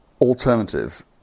alternative